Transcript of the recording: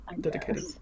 dedicated